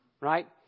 Right